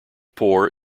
pore